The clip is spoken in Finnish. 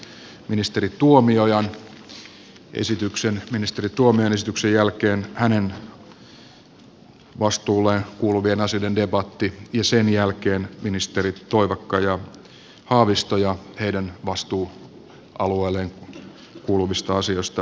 otamme ensin ministeri tuomiojan esityksen tämän jälkeen hänen vastuulleen kuuluvien asioiden debatti ja sen jälkeen ministerit toivakka ja haavisto ja heidän vastuualueelleen kuuluvista asioista debatti